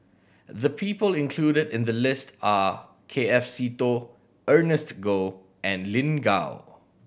the people included in the list are K F Seetoh Ernest Goh and Lin Gao